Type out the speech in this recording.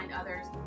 others